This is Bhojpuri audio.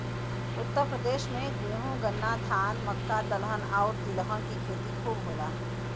उत्तर प्रदेश में गेंहू, गन्ना, धान, मक्का, दलहन आउर तिलहन के खेती खूब होला